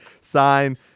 Sign